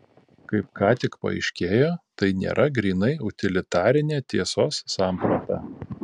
kaip ką tik paaiškėjo tai nėra grynai utilitarinė tiesos samprata